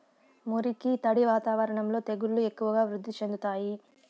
మురికి, తడి వాతావరణంలో తెగుళ్లు ఎక్కువగా వృద్ధి చెందుతాయి